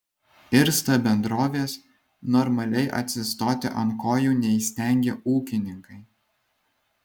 irsta bendrovės normaliai atsistoti ant kojų neįstengia ūkininkai